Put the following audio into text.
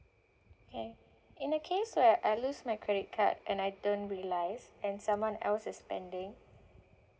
okay in the case where I lose my credit card and I don't realise and someone else is spending